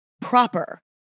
proper